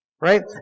Right